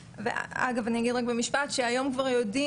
באמת הם מתמודדים עם קשיים רבים.